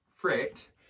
Fret